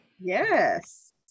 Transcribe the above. Yes